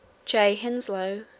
j. hinslow,